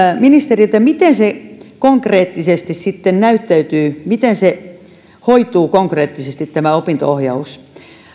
ministeriltä miten se konkreettisesti sitten näyttäytyy miten hoituu konkreettisesti tämä opinto ohjaus